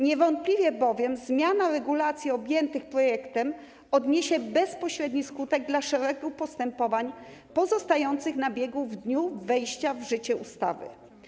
Niewątpliwie bowiem zmiana regulacji objętych projektem odniesie bezpośredni skutek dla szeregu postępowań pozostających na biegu w dniu wejścia w życie ustawy.